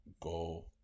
go